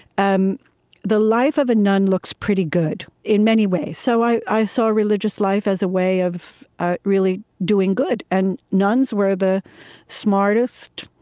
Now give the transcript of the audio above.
um the life of a nun looks pretty good in many ways. so i i saw religious life as a way of really doing good and nuns were the smartest,